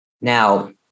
Now